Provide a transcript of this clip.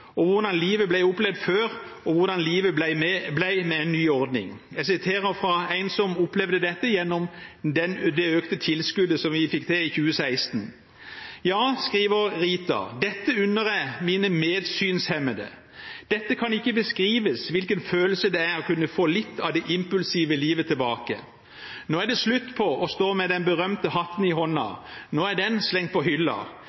hvordan livet ble opplevd før, og om hvordan livet ble med en ny ordning. Jeg siterer fra en som opplevde dette gjennom det økte tilskuddet som vi fikk til i 2016: «Dette unner jeg også mine synshemmede venner landet rundt! Det kan ikke beskrives hvilken følelse det er å kunne få litt av det impulsive livet tilbake. Nå er det slutt på å stå med den berømte hatten i hånden, nå er den slengt på hylla!